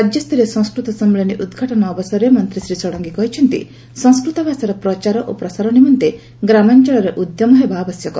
ରାଜ୍ୟସ୍ତରୀୟ ସଂସ୍କୃତ ସଶ୍ମିଳନୀ ଉଦ୍ଘାଟନ ଅବସରରେ ମନ୍ତୀ ଶ୍ରୀ ଷଡ୍ଙଗୀ କହିଛନ୍ତି ସଂସ୍କୃତ ଭାଷାର ପ୍ରଚାର ଓ ପ୍ରସାର ନିମନ୍ତେ ଗ୍ରାମାଞ୍ଚଳରେ ଉଦ୍ୟମ ହେବ ଆବଶ୍ୟକ